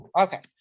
okay